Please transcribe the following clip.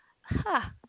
ha